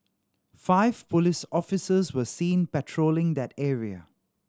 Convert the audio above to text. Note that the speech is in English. five police officers were seen patrolling that area